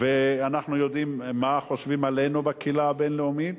ואנחנו יודעים מה חושבים עלינו בקהילה הבין-לאומית